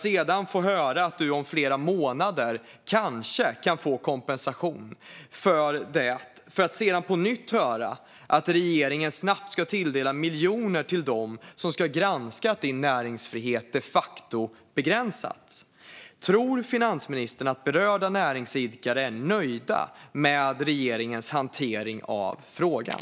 Sedan får du höra att du om flera månader kanske kan få kompensation för det, och därefter får du höra att regeringen snabbt ska tilldela miljoner till dem som ska granska att din näringsfrihet de facto har begränsats. Tror finansministern att berörda näringsidkare är nöjda med regeringens hantering av frågan?